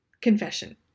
Confession